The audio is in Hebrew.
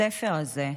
הספר הזה,